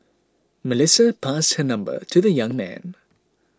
Melissa passed her number to the young man